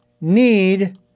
need